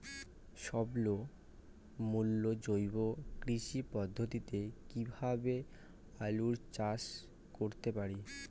স্বল্প মূল্যে জৈব কৃষি পদ্ধতিতে কীভাবে আলুর চাষ করতে পারি?